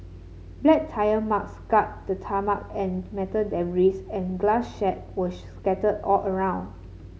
black tyre mark scarred the tarmac and metal debris and glass shard were scattered all around